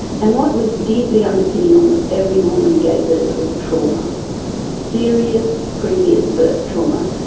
and what was deeply underpinning almost every woman who gave birth was trauma serious, previous birth trauma.